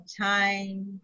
time